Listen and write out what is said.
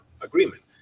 agreement